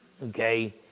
Okay